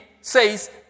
says